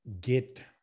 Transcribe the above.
get